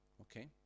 okay